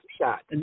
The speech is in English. Shot